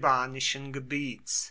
gebiets